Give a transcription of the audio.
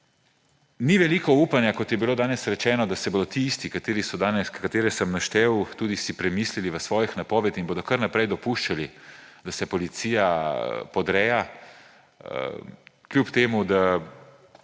Ni veliko upanja, kot je bilo danes rečeno, da se bojo ti isti, katere sem naštel, tudi premislili v svojih napovedih in bodo kar naprej dopuščali, da se policija podreja, čeprav